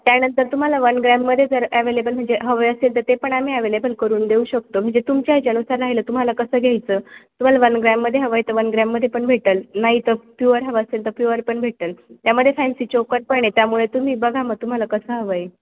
त्यानंतर तुम्हाला one gram मध्ये जर अववेलेबल म्हणजे हवं असेल तर ते पण आम्ही अवेहेलेबल करून देऊ शकतो म्हणजे तुमच्या याच्यानुसार राहिलं तुम्हाला कसं घ्यायचंय तुम्हाला वन ग्रॅममध्येे हव आहे तर वन ग्रॅम मध्ये पण भेटल नाही तर प्युअर हवं असेल तर प्युअर पण भेटल त्यामध्ये फॅन्सी चोकर पण आहे त्यामुळे तुम्ही बघा मग तुम्हाला कस हवय